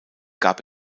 gab